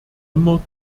immer